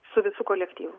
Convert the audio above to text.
su visu kolektyvu